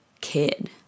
kid